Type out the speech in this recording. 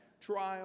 trial